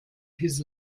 his